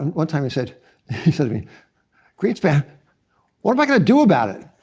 one time, you said said to me, greenspan what am i going to do about him?